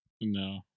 No